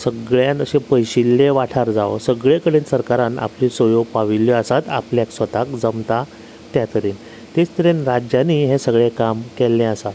सगळ्यान अशें पयशिल्ले वाठार जांव सगळें कडेन सरकारान आपली सोयो पाविल्ल्यो आसात आपल्याक स्वताक जमता त्या तरेन तेच तरेन राज्यांनी हें सगळें काम केल्लें आसा